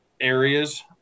areas